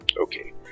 Okay